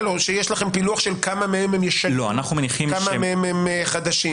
או שיש לכם פילוח של כמה מהם הם ישנים וכמה מהם הם חדשים?